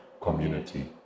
community